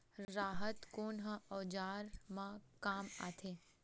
राहत कोन ह औजार मा काम आथे?